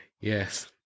Yes